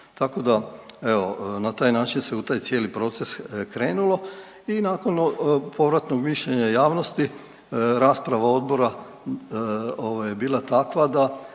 Tako da evo na taj način se u taj cijeli proces krenulo i nakon povratnog mišljenja javnosti rasprava odbora je bila takva da